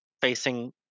facing